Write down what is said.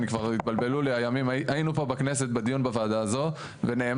היינו כאן בכנסת בדיון בוועדה הזו ונאמר,